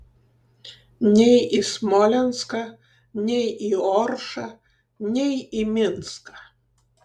nei į smolenską nei į oršą nei į minską